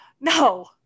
No